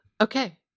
Okay